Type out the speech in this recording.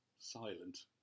silent